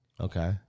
Okay